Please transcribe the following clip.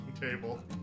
table